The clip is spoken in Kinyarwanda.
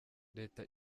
leta